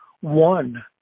One